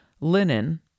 linen